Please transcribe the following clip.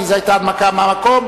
כי זו היתה הנמקה מהמקום,